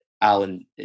Alan